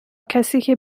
کسیکه